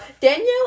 Daniel